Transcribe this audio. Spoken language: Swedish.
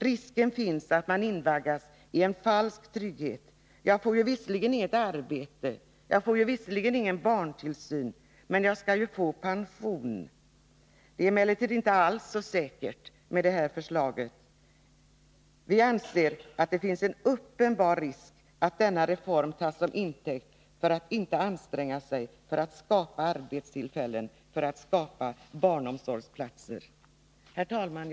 Risken finns att man invaggas i en falsk trygghet: Jag får visserligen inget arbete, jag får visserligen ingen barntillsyn, men jag skall ju få pension. Det är emellertid inte alls så säkert med det här förslaget. Vi anser att det finns en uppenbar risk att denna reform av en del kommer att tas som intäkt för att inte anstränga sig att skapa arbetstillfällen och att skapa barnomsorgsplatser. Herr talman!